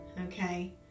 okay